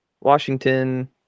Washington